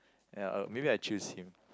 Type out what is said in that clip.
uh maybe I'd choose him